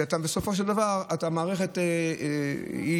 ובסופו של דבר המערכת נפגעת.